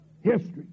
history